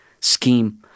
scheme